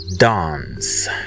Dance